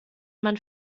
man